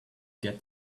get